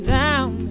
down